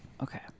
Okay